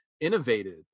innovated